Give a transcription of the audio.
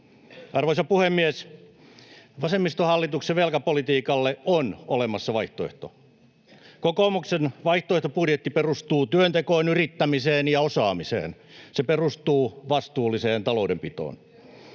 Arvoisa puhemies! Vasemmistohallituksen velkapolitiikalle on olemassa vaihtoehto. Kokoomuksen vaihtoehtobudjetti perustuu työntekoon, yrittämiseen ja osaamiseen. Se perustuu vastuulliseen taloudenpitoon.